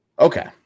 okay